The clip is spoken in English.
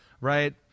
right